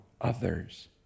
others